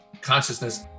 consciousness